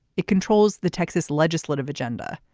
it controls the texas legislative agenda.